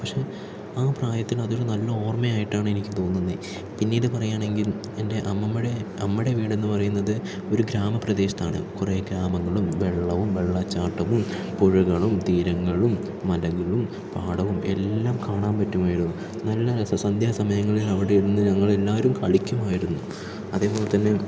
പക്ഷെ ആ പ്രായത്തിൽ അതൊരു നല്ല ഓർമ്മയായിട്ടാണ് എനിക്ക് തോന്നുന്നത് പിന്നീട് പറയുകയാണെങ്കിൽ എൻ്റെ അമ്മൂമ്മയുടെ അമ്മയുടെ വീട് എന്ന് പറയുന്നത് ഒരു ഗ്രാമ പ്രദേശത്താണ് കുറേ ഗ്രാമങ്ങളും വെള്ളവും വെള്ളച്ചാട്ടവും പുഴകളും തീരങ്ങളും മലകളും പാടവും എല്ലാം കാണാൻ പറ്റുമായിരുന്നു നല്ല രസമാണ് സന്ധ്യ സമയങ്ങളിൽ അവിടെ ഇരുന്നു ഞങ്ങൾ എല്ലാവരും കളിക്കുമായിരുന്നു അതേപോലെതന്നെ